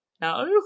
No